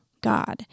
God